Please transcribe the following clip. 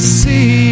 see